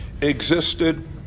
existed